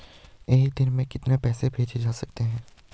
एक दिन में कितने पैसे भेजे जा सकते हैं?